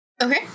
okay